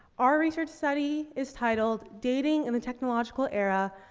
our research study is titled, dating in the technological era,